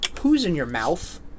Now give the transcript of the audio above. who's-in-your-mouth